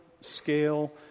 scale